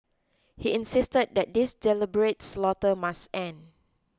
he insisted that this deliberate slaughter must end